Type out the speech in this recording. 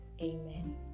Amen